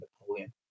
Napoleon